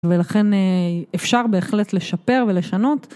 ולכן אפשר בהחלט לשפר ולשנות.